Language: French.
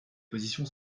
positions